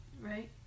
right